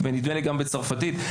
נדמה לי גם בצרפתית.